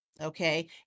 okay